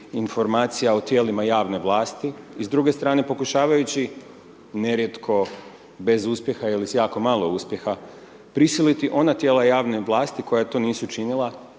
informacija o tijelima javne vlasti i s druge strane pokušavajući nerijetko bez uspjeha ili s jako malo uspjeha prisiliti ona tijela javne vlasti koja to nisu činila